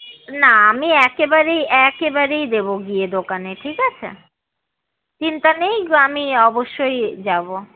না আমি একেবারেই একেবারেই দেবো গিয়ে দোকানে ঠিক আছে চিন্তা নেই আমি অবশ্যই যাবো